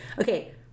okay